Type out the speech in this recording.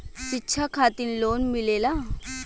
शिक्षा खातिन लोन मिलेला?